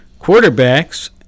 Quarterbacks